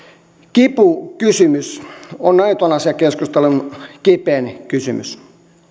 kipukysymys on eutanasiakeskustelun kipein kysymys